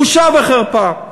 בושה וחרפה.